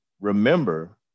remember